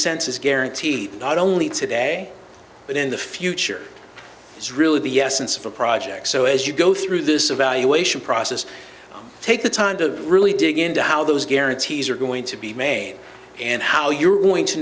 cents is guaranteed not only today but in the future is really the essence of a project so as you go through this evaluation process take the time to really dig into how those guarantees are going to be made and how you're going to